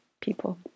people